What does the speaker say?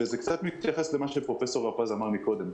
וזה קצת מתייחס למה שפרופ' הרפז אמר מקודם.